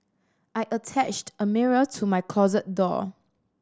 I attached a mirror to my closet door